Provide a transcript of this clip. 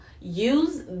use